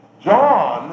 John